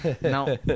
No